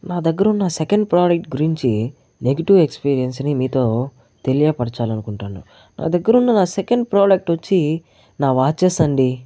నా దగ్గర ఉన్నసెకండ్ ప్రోడక్ట్ గురించి నెగిటివ్ ఎక్స్పీరియన్స్ ని మీతో తెలియపరచాలనుకుంటాను నా దగ్గర ఉన్న నా సెకండ్ ప్రోడక్ట్ వచ్చి నా వాచెస్ అండి